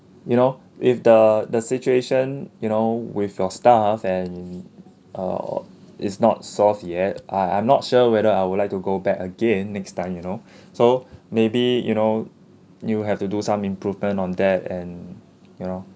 you know if the the situation you know with your staff and err is not solved yet I I'm not sure whether I would like to go back again next time you know so maybe you know you have to do some improvement on that and you know